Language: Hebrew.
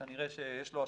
כנראה שיש לו השפעה.